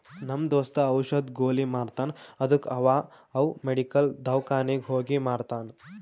ನಮ್ ದೋಸ್ತ ಔಷದ್, ಗೊಲಿ ಮಾರ್ತಾನ್ ಅದ್ದುಕ ಅವಾ ಅವ್ ಮೆಡಿಕಲ್, ದವ್ಕಾನಿಗ್ ಹೋಗಿ ಮಾರ್ತಾನ್